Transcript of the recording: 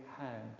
hand